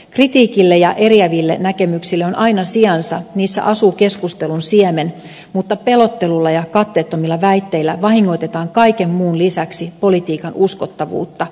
kritiikille ja eriäville näkemyksille on aina sijansa niissä asuu keskustelun siemen mutta pelottelulla ja katteettomilla väitteillä vahingoitetaan kaiken muun lisäksi politiikan uskottavuutta